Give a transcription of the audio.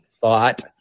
thought